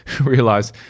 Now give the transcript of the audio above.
realize